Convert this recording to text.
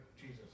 Jesus